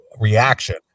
reaction